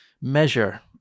measure